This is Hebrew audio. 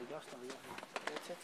בבקשה,